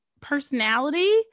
personality